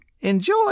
Enjoy